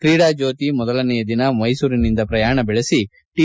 ಕ್ರೀಡಾಜ್ಯೋತಿ ಮೊದಲನೆಯ ದಿನ ಮೈಸೂರಿನಿಂದ ಪ್ರಯಾಣ ಬೆಳೆಸಿ ಟಿ